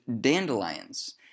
dandelions